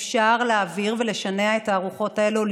אפשר להעביר ולשנע את הארוחות האלו,